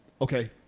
Okay